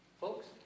Folks